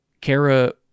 Kara